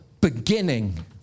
beginning